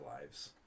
lives